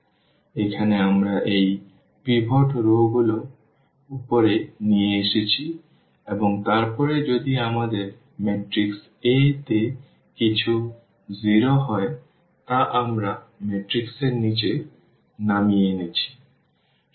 সুতরাং এখানে আমরা এই পিভট রওগুলি উপরে নিয়ে এসেছি এবং তারপরে যদি আমাদের ম্যাট্রিক্স A তে কিছু 0 হয় যা আমরা ম্যাট্রিক্স এর নীচে নামিয়ে এনেছি